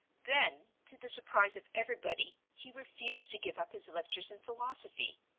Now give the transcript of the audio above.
then, to the surprise of everybody he refused to give up his lectures in philosophy.